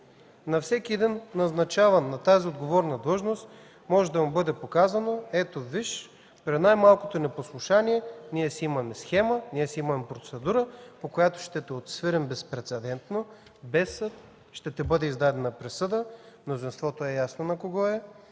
На всеки един, назначаван на тази отговорна длъжност, може да му бъде показано, че ето, виж, при най-малкото непослушание ние си имаме схема, процедура, по която ще те отсвирим безпрецедентно, без съд, ще ти бъде издадена присъда. Ясно е на кого е